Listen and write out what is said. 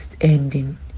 ending